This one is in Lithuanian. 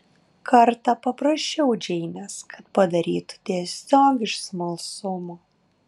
kartą paprašiau džeinės kad padarytų tiesiog iš smalsumo